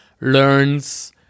learns